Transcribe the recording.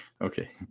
Okay